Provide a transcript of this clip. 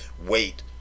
wait